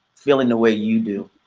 feeling the way you do.